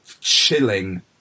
chilling